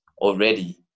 already